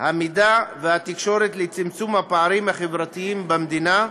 המידע והתקשורת לצמצום הפערים החברתיים במדינה,